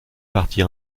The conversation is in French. partie